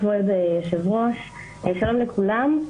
כבוד יושב-הראש, שלום לכולם,